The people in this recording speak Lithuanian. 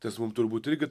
tas mum turbūt irgi